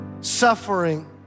suffering